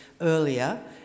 earlier